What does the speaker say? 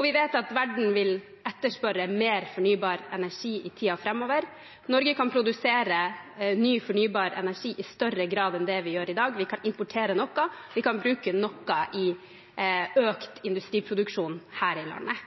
Vi vet at verden vil etterspørre mer fornybar energi i tiden framover. Norge kan produsere ny fornybar energi i større grad enn det vi gjør i dag. Vi kan eksportere noe, vi kan bruke noe i økt industriproduksjon her i landet.